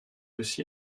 aussi